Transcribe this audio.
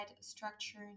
structure